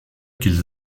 qu’ils